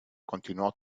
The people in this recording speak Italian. continuò